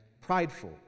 prideful